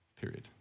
period